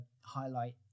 highlight